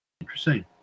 Interesting